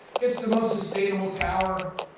it's the most sustainable tower,